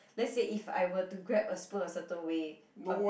let's say if I were to grab a spoon a certain way a